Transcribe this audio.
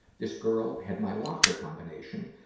this girl had my locker combination.